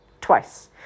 twice